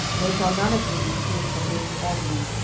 there shall none of you be freed from being bondmen,